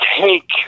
take